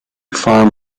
farm